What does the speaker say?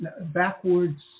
backwards